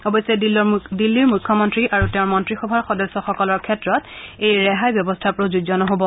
অৱশ্যে দিল্লীৰ মুখ্যমন্ত্ৰী আৰু তেওঁৰ মন্ত্ৰীসভাৰ সদস্যসকলৰ ক্ষেত্ৰত এই ৰেহাই ব্যৱস্থা প্ৰযোজ্য নহ'ব